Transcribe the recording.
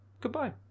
goodbye